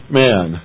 man